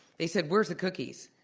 they said, where's the cookies?